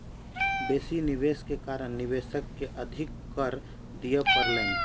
बेसी निवेश के कारण निवेशक के अधिक कर दिअ पड़लैन